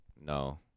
no